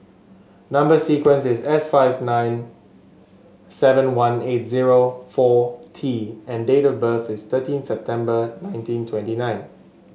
number sequence is S five nine seven one eight zero four T and date of birth is thirteen September nineteen twenty nine